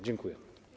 Dziękuję.